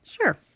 sure